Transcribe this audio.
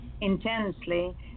intensely